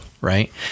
right